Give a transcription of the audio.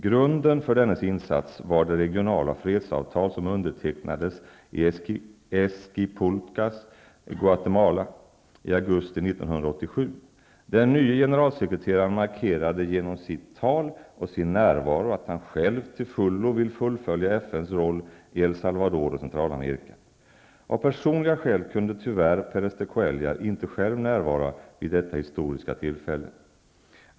Grunden för dennes insats var det regionala fredsavtal som undertecknades i Esquipulas, Guatemala, i augusti 1987. Den nye generalsekreteraren markerade genom sitt tal och sin närvaro att han själv till fullo vill fullfölja FN:s roll i El Salvador och Centralamerika. Av personliga skäl kunde tyvärr Pérez de Cuellar inte själv närvara vid detta historiska tillfälle.